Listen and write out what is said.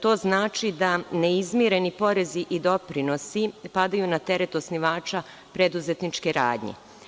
To znači da neizmireni porezi i doprinosi padaju na teret osnivača preduzetničke radnje.